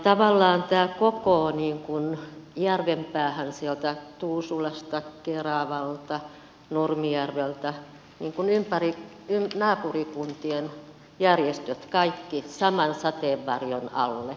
tavallaan tämä kokoaa järvenpäähän sieltä tuusulasta keravalta nurmijärveltä kaikki naapurikuntien järjestöt saman sateenvarjon alle